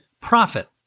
Profit